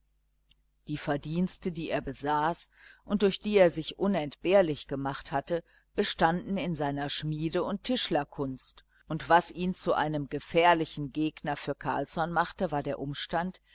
die verdienste die er besaß und durch die er sich unentbehrlich gemacht hatte bestanden in seiner schmiede und tischlerkunst und was ihn zu einem gefährlichen gegner für carlsson machte war der umstand